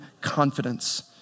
confidence